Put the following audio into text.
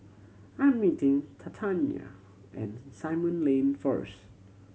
I'm meeting Tatyanna at Simon Lane first